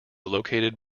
located